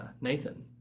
Nathan